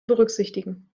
berücksichtigen